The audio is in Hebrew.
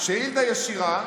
"שאילתה ישירה,